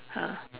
ah